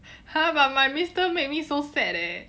!huh! but my mister made me so sad eh